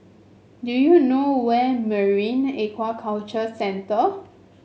do you know where Marine Aquaculture Centre